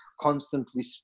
constantly